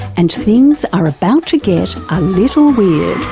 and things are about to get a little weird.